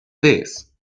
this